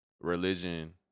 religion